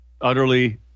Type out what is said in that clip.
Utterly